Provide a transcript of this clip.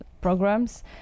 programs